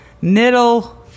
middle